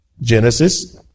Genesis